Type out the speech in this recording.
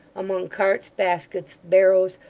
among carts, baskets, barrows,